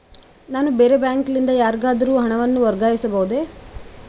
ನಾನು ಬೇರೆ ಬ್ಯಾಂಕ್ ಲಿಂದ ಯಾರಿಗಾದರೂ ಹಣವನ್ನು ವರ್ಗಾಯಿಸಬಹುದೇ?